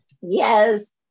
yes